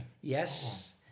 Yes